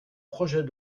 projet